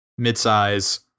midsize